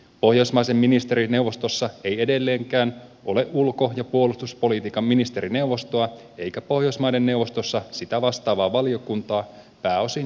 pohjoismaiden ministerineuvostossa ei edelleenkään ole ulko ja puolustuspolitiikan ministerineuvostoa eikä pohjoismaiden neuvostossa sitä vastaavaa valiokuntaa pääosin historiallisista syistä